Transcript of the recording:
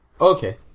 Okay